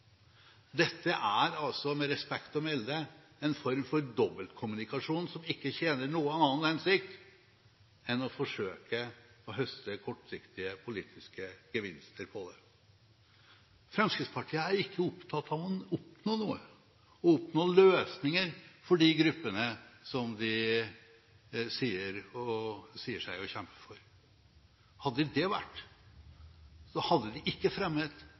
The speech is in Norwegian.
Dette er – med respekt å melde – en form for dobbeltkommunikasjon som ikke tjener noen annen hensikt enn å forsøke å høste kortsiktige politiske gevinster. Fremskrittspartiet er ikke opptatt av å oppnå noe, å oppnå løsninger for de gruppene som de sier at de kjemper for. Hadde de vært det, hadde de ikke fremmet